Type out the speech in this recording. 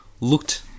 looked